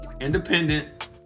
independent